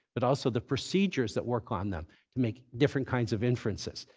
but also the procedures that work on them to make different kinds of inferences.